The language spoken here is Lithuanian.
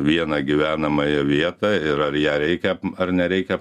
vieną gyvenamąją vietą ir ar ją reikia ar nereikia